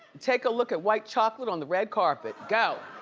take a look at white chocolate on the red carpet, go.